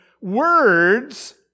words